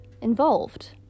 involved